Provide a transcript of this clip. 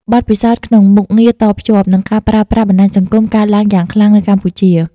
បទពិសោធន៍ក្នុងមុខងារតភ្ជាប់ និងការប្រើប្រាស់បណ្តាញសង្គមកើតឡើងយ៉ាងខ្លាំងនៅកម្ពុជា។